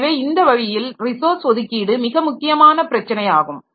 எனவே இந்த வழியில் ரிசோர்ஸ் ஒதுக்கீடு மிக முக்கியமான பிரச்சனை ஆகும்